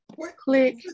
Click